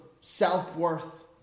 self-worth